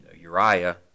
Uriah